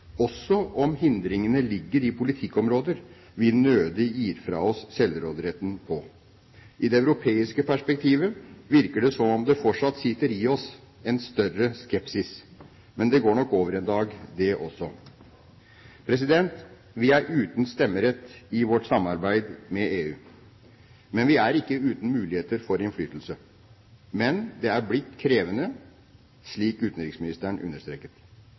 også om hindringene ligger i politikkområder vi nødig gir fra oss selvråderetten på. I det europeiske perspektivet virker det som om det fortsatt sitter i oss en større skepsis. Men det går nok over en dag, det også. Vi er uten stemmerett i vårt samarbeid med EU, men vi er ikke uten muligheter for innflytelse. Men det er blitt krevende, slik utenriksministeren understreket.